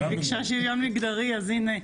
היא ביקשה שוויון מגדרי אז הנה.